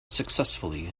successfully